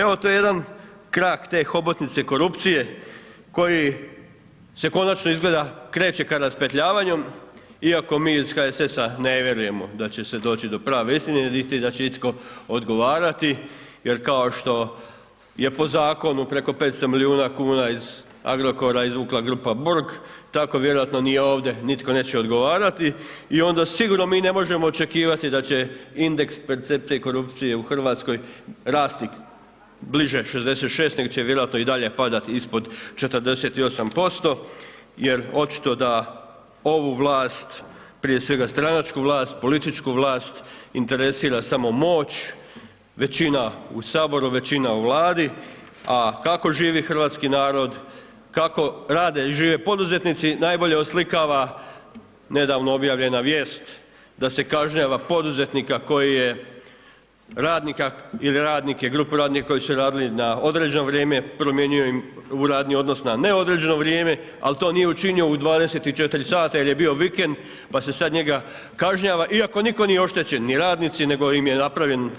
Evo to je jedan krak te hobotnice korupcije koji se konačno izgleda kreće ka raspetljavanju iako mi iz HSS-a ne vjerujemo da će se doći do pravne istine niti da će itko odgovarati jer kao što je po zakonu preko 500 milijuna kuna iz Agrokora izvukla grupa Borg, tako vjerojatno ni ovdje nitko neće odgovarati i onda sigurno mi me možemo očekivati da će indeks percepcije korupcije u Hrvatskoj rasti bliže 66 nego će vjerojatno i dalje padati ispod 48% jer očito da ovu vlast, prije svega stranačku vlast, politički vlast interesira samo moć, većina u Saboru, većina u Vladi a kako živi hrvatski narod, kako rade i žive poduzetnici, najbolje oslikava nedavno objavljena vijest da se kažnjava poduzetnika koji je radnika ili radnike, grupu radnika koji su radili na određeno vrijeme, promijenio im u radni odnos na neodređeno vrijeme ali to nije učinio u 24 sata jer je bio vikend pa se sad njega kažnjava iako nitko nije oštećen, ni radnici nego im je napravljen